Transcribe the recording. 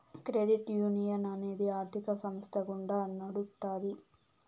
credit union అనేది ఆర్థిక సంస్థ గుండా నడుత్తాది